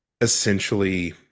essentially